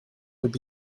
would